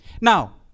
Now